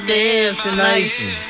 destination